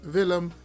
Willem